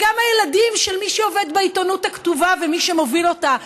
אלה הרי גם הילדים של מי שעובד בעיתונות הכתובה ומי שמוביל אותה,